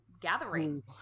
gathering